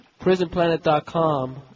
PrisonPlanet.com